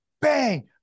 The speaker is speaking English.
bang